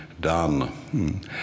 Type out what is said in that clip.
done